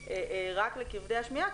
רק לכבדי השמיעה,